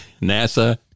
nasa